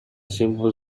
simple